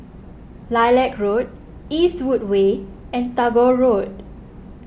Lilac Road Eastwood Way and Tagore Road